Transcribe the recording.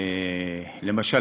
למשל,